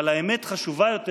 אבל האמת חשובה יותר,